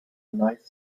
nice